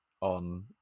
on